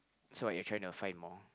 so what you are trying to find more